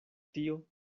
tio